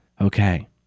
Okay